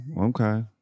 okay